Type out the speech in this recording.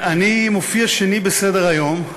אני מופיע שני בסדר-היום,